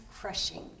crushing